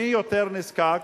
מי יותר נזקק